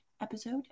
episode